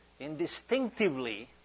indistinctively